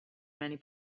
many